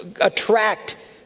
attract